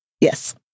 Yes